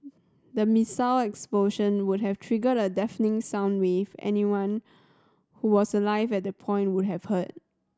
the missile explosion would have triggered a deafening sound wave anyone who was alive at that point would have heard